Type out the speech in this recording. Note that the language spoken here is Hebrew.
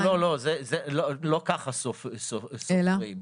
לא, לא ככה סופרים.